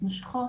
מתמשכות,